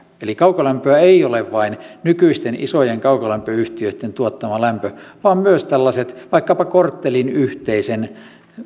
eli kaukolämpöä ei ole vain nykyisten isojen kaukolämpöyhtiöitten tuottama lämpö vaan myös tällaiset vaikkapa korttelin yhteisen